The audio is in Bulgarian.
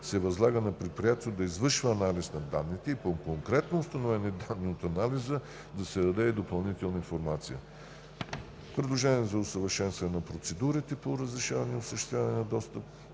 се възлага на предприятието да извършва анализ на данните и при конкретно установени данни от анализа да се даде и допълнителна информация. 3. Предложения за усъвършенстване на процедурите по разрешаване и осъществяване на достъп